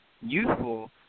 useful